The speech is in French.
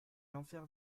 l’enfer